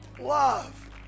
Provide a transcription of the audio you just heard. Love